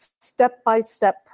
step-by-step